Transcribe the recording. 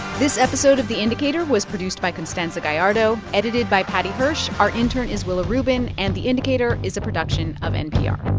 this episode of the indicator was produced by constanza gallardo, edited by paddy hirsch. our intern is willa rubin. and the indicator is a production of npr